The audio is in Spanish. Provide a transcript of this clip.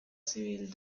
civil